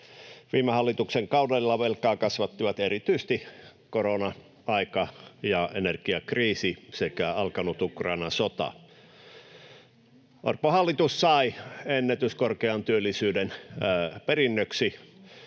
Viime hallituksen kaudella velkaa kasvattivat erityisesti korona-aika ja energiakriisi sekä alkanut Ukrainan sota. [Mauri Peltokangas: Plus kymmenen